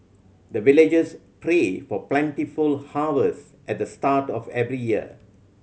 the villagers pray for plentiful harvest at the start of every year